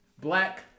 black